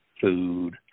food